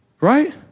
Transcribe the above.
right